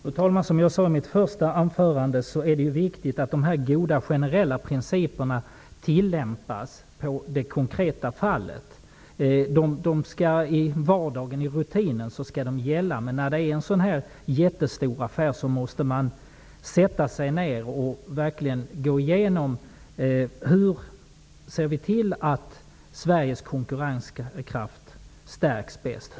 Fru talman! Som jag sade i mitt första anförande är det viktigt att de goda generella principerna tillämpas på det konkreta fallet. I vardagen och rutinen skall de gälla. När det gäller en sådan här jättestor affär måste man dock sätta sig ner och verkligen fundera över följande: Hur ser vi till att Sveriges konkurrenskraft bäst stärks?